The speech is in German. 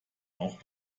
auch